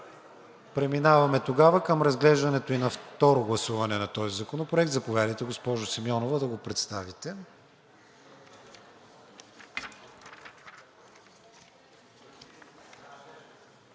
Преминаваме тогава към разглеждането и на второ гласуване на този законопроект. Заповядайте, госпожо Симеонова да го представите.